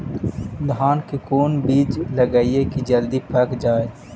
धान के कोन बिज लगईयै कि जल्दी पक जाए?